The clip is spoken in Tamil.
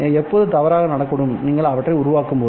எப்போது தவறாக நடக்கக்கூடும் நீங்கள் அவற்றை உருவாக்கும்போது